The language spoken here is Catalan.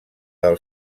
del